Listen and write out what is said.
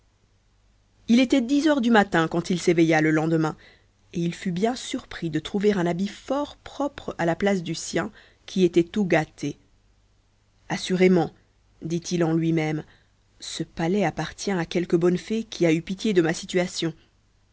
il était dix heures du matin quand il se leva le lendemain et il fut bien surpris de trouver un habit fort propre à la place du sien qui était tout gâté assurément dit-il en lui-même ce palais appartient à quelque bonne fée qui a eu pitié de ma situation